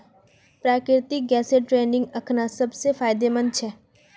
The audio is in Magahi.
प्राकृतिक गैसेर ट्रेडिंग अखना सब स फायदेमंद छ